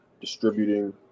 distributing